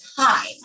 time